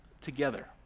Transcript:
together